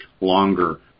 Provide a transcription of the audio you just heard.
longer